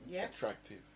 attractive